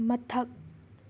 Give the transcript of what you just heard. ꯃꯊꯛ